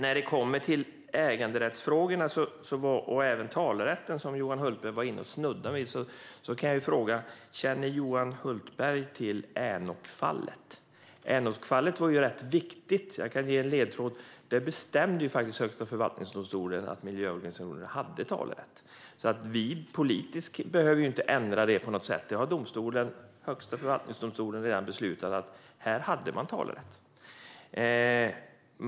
När det kommer till äganderättsfrågorna och talerätten, som Johan Hultberg snuddade vid, kan jag fråga: Känner Johan Hultberg till Änokfallet? Där bestämde Högsta förvaltningsdomstolen att miljöorganisationerna hade talerätt. Politiskt behöver det ju inte ändras på något sätt. Högsta förvaltningsdomstolen har redan beslutat att man hade talerätt.